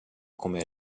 come